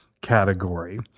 category